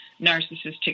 narcissistic